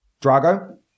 Drago